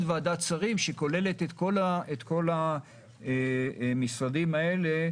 ועדת שרים שכוללת את כל המשרדים האלה,